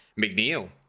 McNeil